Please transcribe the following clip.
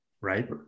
right